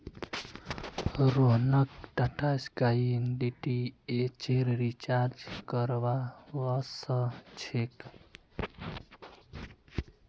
रोहनक टाटास्काई डीटीएचेर रिचार्ज करवा व स छेक